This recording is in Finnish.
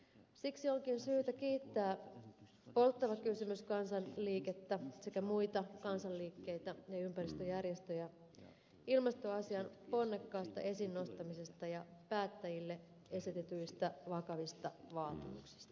siksi onkin syytä kiittää polttava kysymys kansanliikettä sekä muita kansanliikkeitä ja ympäristöjärjestöjä ilmastoasian ponnekkaasta esiin nostamisesta ja päättäjille esitetyistä vakavista vaatimuksista